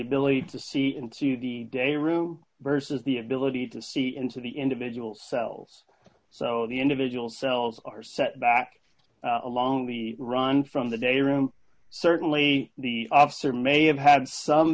ability to see into the day room versus the ability to see into the individual cells so the individual cells are set back along the run from the day room certainly the officer may have had some